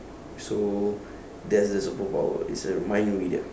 so that's the superpower is a mind reader